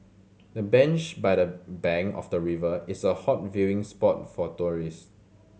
the bench by the bank of the river is a hot viewing spot for tourist